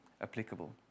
applicable